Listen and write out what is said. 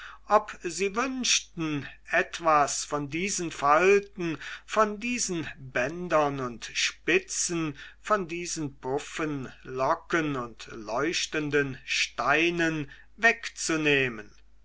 ob sie wünschten etwas von diesen falten von diesen bändern und spitzen von diesen puffen locken und leuchtenden steinen wegzunehmen